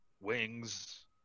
wings